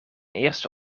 eerste